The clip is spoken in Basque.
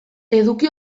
eduki